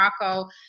Morocco